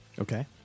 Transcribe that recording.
Okay